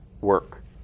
work